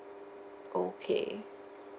okay